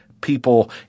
people